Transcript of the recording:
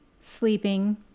sleeping